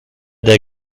der